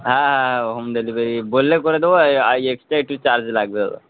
হ্যাঁ হ্যাঁ home delivery বললে করে দেবো আর এক্সট্রা একটু চার্জ লাগবে